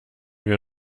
wir